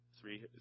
three